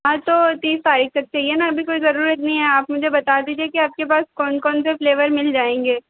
हाँ तो तीस तारीख़ तक चाहिए ना अभी कोई ज़रूरत नहीं है आप मुझे बता दीजिए कि आपके पास कौन कौन से फ्लेवर मिल जाएंगे